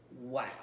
wow